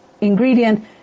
ingredient